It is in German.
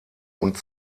und